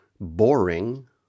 Boring